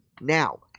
Now